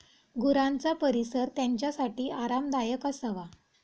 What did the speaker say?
गुरांचा परिसर त्यांच्यासाठी आरामदायक असावा